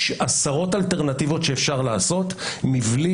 יש עשרות אלטרנטיבות שאפשר לעשות מבלי